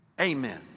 Amen